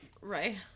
Right